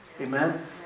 Amen